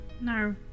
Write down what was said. No